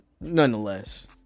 Nonetheless